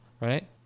right